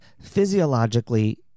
physiologically